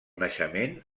naixement